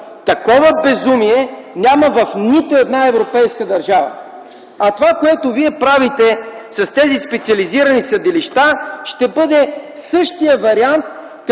Такова безумие няма в нито една европейска държава! А това, което Вие правите с тези специализирани съдилища, ще бъде същият вариант,